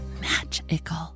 magical